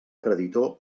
creditor